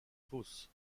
fausse